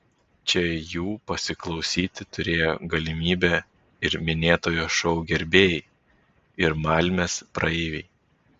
čia jų pasiklausyti turėjo galimybę ir minėtojo šou gerbėjai ir malmės praeiviai